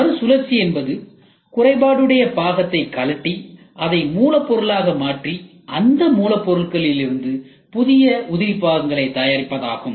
மறுசுழற்சி என்பது குறைபாடுடைய பாகத்தைக் கழற்றி அதை மூலப்பொருளாக மாற்றி அந்த மூலப்பொருட்களிலிருந்து புதிய உதிரி பாகத்தை தயாரிப்பது ஆகும்